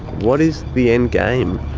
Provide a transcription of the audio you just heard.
what is the end game?